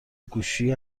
گوشی